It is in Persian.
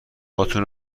هاتون